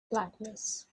blackness